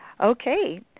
Okay